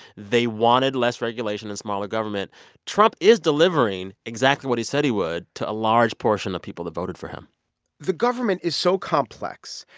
they wanted less regulation and smaller government trump is delivering exactly what he said he would to a large portion of people that voted for him the government is so complex,